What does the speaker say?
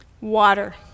Water